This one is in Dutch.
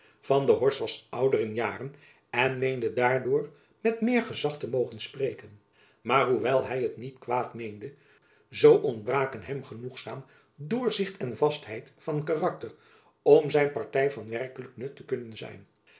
van der horst was ouder in jaren en meende daardoor met meer gezach te mogen spreken maar hoewel hy het niet kwaad meende zoo ontbraken hem genoegzaam doorzicht en vastheid van karakter om zijn party van werkelijk nut te kunnen zijn